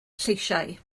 lleisiau